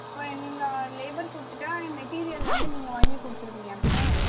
அப்போ நீங்கள் லேபர் கொடுத்துட்டா மெட்டீரியல் வந்து நீங்கள் வாங்கிக் கொடுத்துருவிங்க அப்படிதான